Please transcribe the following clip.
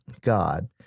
God